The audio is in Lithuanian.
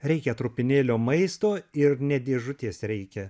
reikia trupinėlio maisto ir ne dėžutės reikia